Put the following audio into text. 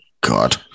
God